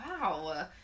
Wow